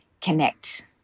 connect